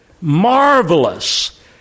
marvelous